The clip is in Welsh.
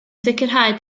sicrhau